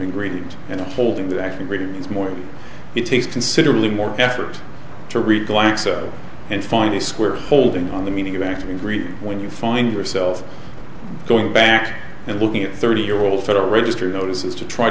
ingredient and the holding that actually reading is more it takes considerably more effort to read glaxo and find the square holding on the meaning of actually read when you find yourself going back and looking at thirty year old federal register notices to try